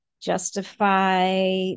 justify